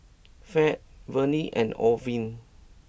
Fed Vonnie and Orvin